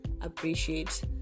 appreciate